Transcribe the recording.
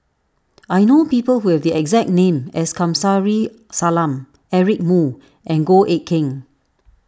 I know people who have the exact name as Kamsari Salam Eric Moo and Goh Eck Kheng